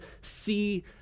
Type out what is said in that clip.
see